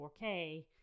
4K